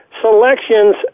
selections